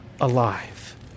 alive